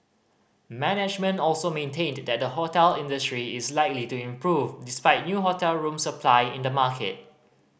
management also maintained that the hotel industry is likely to improve despite new hotel room supply in the market